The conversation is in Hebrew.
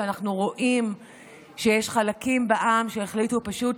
כשאנחנו רואים שיש חלקים בעם שהחליטו פשוט